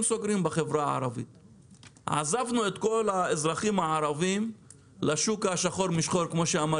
אני שוב אתחיל מהסוף בזה שלצערי אני לא יודע לבוא עם החלטה שיש לנו